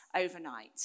overnight